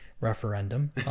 referendum